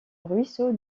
ruisseau